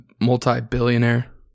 multi-billionaire